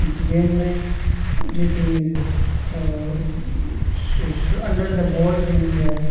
game में जेकी शि शि अंडर द बॉल हूंदी आहे